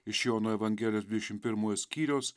iš jono evangelijos dvidešim pirmojo skyriaus